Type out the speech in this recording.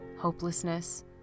hopelessness